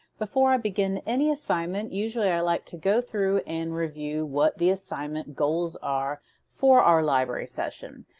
before i begin any assignment usually i like to go through and review what the assignment goals are for our library session.